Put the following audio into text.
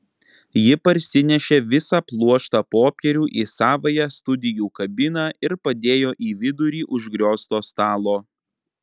ji parsinešė visą pluoštą popierių į savąją studijų kabiną ir padėjo į vidurį užgriozto stalo